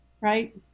Right